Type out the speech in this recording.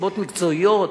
מסיבות מקצועיות,